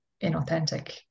inauthentic